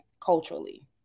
culturally